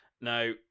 Now